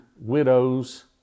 widows